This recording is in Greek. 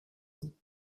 του